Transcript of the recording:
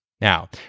Now